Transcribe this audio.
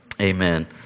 amen